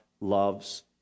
loves